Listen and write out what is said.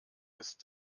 ist